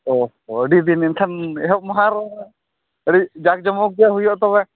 ᱚᱼᱦᱚ ᱟᱹᱰᱤᱫᱤᱱ ᱮᱱᱠᱷᱟᱱ ᱮᱦᱚᱵ ᱢᱟᱦᱟ ᱟᱹᱰᱤ ᱡᱟᱠᱼᱡᱚᱢᱚᱠᱜᱮ ᱦᱩᱭᱩᱜᱼᱟ ᱛᱚᱵᱮ